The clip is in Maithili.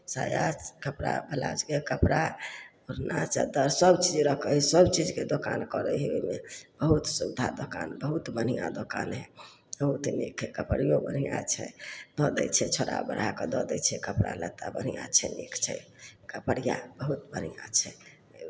साया कपड़ा ब्लाउजके कपड़ा ओढ़ना चद्दर सभ चीज रखय हइ सभ चीजके दोकान करय हइ ओइमे बहुत सुविधा दोकान बहुत बढ़िआँ दोकान हइ बहुते नीक हइ कपड़ियो बढ़िआँ छै दऽ दै छै छौंड़ा बढ़ाके दऽ दै छै कपड़ा लत्ता बढ़िआँ छै नीक छै कपड़िया बहुत बढ़िआँ छै